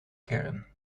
kern